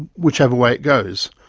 whichever way it goes.